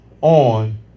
on